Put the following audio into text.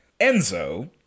Enzo